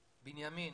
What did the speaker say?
בנימין,